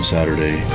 Saturday